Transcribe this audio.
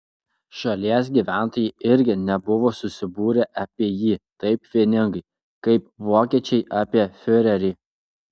šalies gyventojai irgi nebuvo susibūrę apie jį taip vieningai kaip vokiečiai apie fiurerį